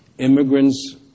Immigrants